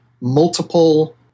multiple